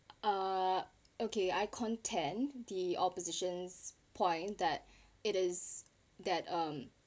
uh okay I contend the opposition's point that it is that um